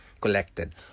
collected